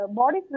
body